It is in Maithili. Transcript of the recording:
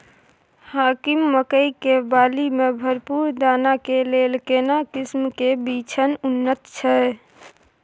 हाकीम मकई के बाली में भरपूर दाना के लेल केना किस्म के बिछन उन्नत छैय?